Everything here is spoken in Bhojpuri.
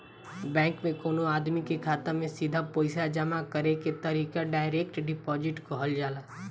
बैंक में कवनो आदमी के खाता में सीधा पईसा जामा करे के तरीका डायरेक्ट डिपॉजिट कहल जाला